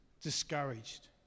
discouraged